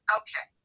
okay